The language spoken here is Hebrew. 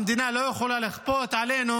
המדינה לא יכולה לכפות עלינו